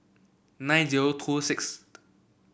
nine zero two sixth